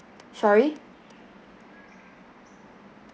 sorry